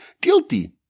guilty